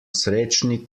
srečni